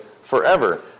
forever